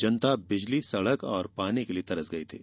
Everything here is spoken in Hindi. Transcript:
जनता बिजली सड़क और पानी के लिए तरस गयी